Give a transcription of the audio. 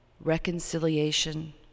reconciliation